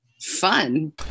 fun